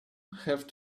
have